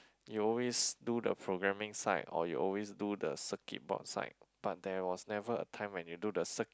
you always do the programming side or you always do the circuit box side but there was never a time when you do the circuit